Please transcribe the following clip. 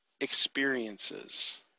experiences